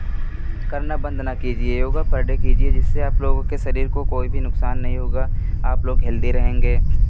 करना बंद ना कीजिए योग पर डे कीजिए जिससे आप लोगों के शरीर को कोई भी नुकसान नहीं होगा आप लोग हेल्दी रहेंगे